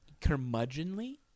curmudgeonly